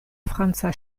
franca